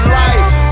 life